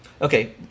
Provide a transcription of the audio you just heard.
Okay